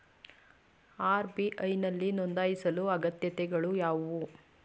RBI ನಲ್ಲಿ ನೊಂದಾಯಿಸಲು ಅಗತ್ಯತೆಗಳು ಯಾವುವು?